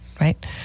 right